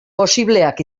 posibleak